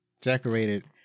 decorated